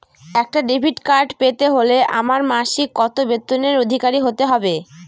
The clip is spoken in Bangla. একটা ডেবিট কার্ড পেতে হলে আমার মাসিক কত বেতনের অধিকারি হতে হবে?